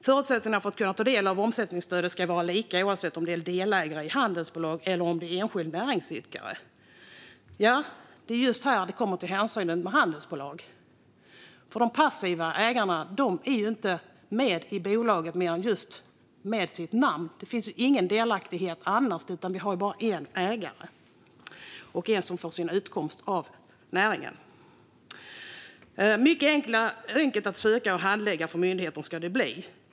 Förutsättningarna för att kunna ta del av omsättningsstöden ska vara lika oavsett om du är delägare i ett handelsbolag eller om du är enskild näringsidkare". Det är just när det kommer till hänsynen till handelsbolag som det blir problem. De passiva ägarna är nämligen inte med i bolaget mer än med sina namn. Det finns annars ingen delaktighet, utan det är bara en ägare och en som får sin utkomst av näringen. Stödet skulle bli mycket enkelt att söka och för myndigheter att handlägga.